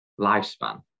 lifespan